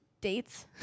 dates